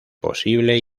posible